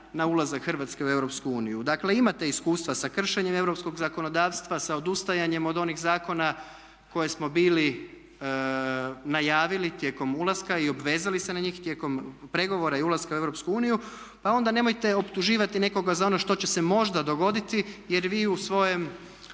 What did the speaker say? na ulazak Hrvatske u Europsku uniju. Dakle imate iskustva sa kršenjem europskog zakonodavstva, sa odustajanjem od onih zakona koje smo bili najavili tijekom ulaska i obvezali se na njih tijekom pregovora i ulaska u Europsku uniju pa onda nemojte optuživati nekoga za ono što će se možda dogoditi jer vi u svojoj